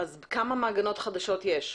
כמה מעגנות חדשות יש?